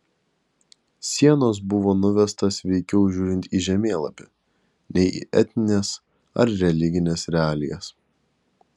sienos buvo nuvestos veikiau žiūrint į žemėlapį nei į etnines ar religines realijas